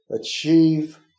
achieve